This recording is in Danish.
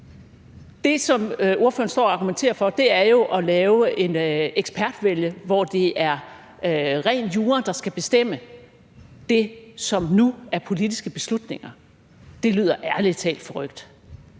Det, som ordføreren står og argumenterer for, er jo at lave et ekspertvælde, hvor det er ren jura, der skal bestemme det, som nu er politiske beslutninger. Det lyder ærlig talt forrykt.